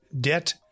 debt